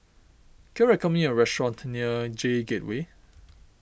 can you recommend me a restaurant near J Gateway